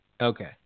Okay